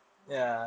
mm